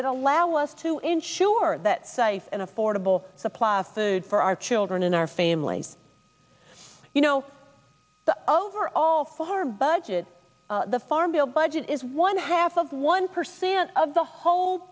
that allow us to ensure that saif and affordable supply of food for our children and our families you know over all for our budget the farm bill budget is one half of one percent of the whole